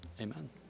amen